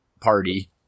party